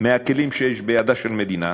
מהכלים שיש בידה של מדינה,